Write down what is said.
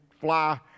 fly